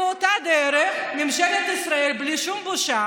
מה, את, ובאותה דרך ממשלת ישראל, בלי שום בושה,